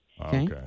Okay